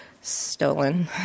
stolen